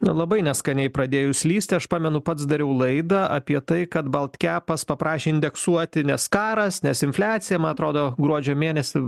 labai neskaniai pradėjus lįsti aš pamenu pats dariau laidą apie tai kad balt kepas paprašė indeksuoti nes karas nes infliacija man atrodo gruodžio mėnesį